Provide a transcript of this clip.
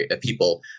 people